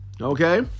Okay